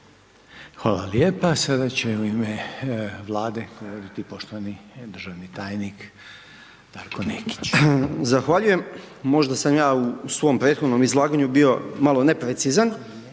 Hvala lijepa. Sada će u ime Vlade govoriti poštovani državni tajnik, Darko Nekić. **Nekić, Darko** Zahvaljujem. Možda sam ja u svom prethodnom izlaganju bio malo neprecizan,